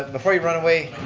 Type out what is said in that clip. before you run away,